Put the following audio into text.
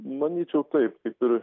manyčiau taip kaip ir